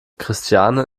christiane